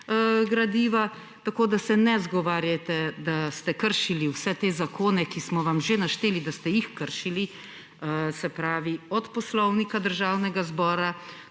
gradiva. Tako da se ne izgovarjate, da ste kršili vse te zakone, za katere smo vam že našteli, da ste jih kršili, se pravi od Poslovnika Državnega zbora